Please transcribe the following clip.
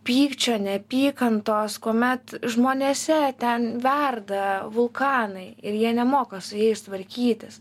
pykčio neapykantos kuomet žmonėse ten verda vulkanai ir jie nemoka su jais tvarkytis